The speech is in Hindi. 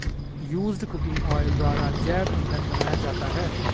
यूज्ड कुकिंग ऑयल द्वारा जैव इंधन बनाया जाता है